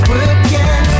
again